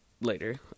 later